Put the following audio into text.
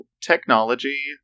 technology